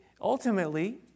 ultimately